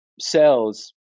cells